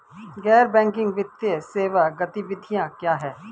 गैर बैंकिंग वित्तीय सेवा गतिविधियाँ क्या हैं?